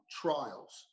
trials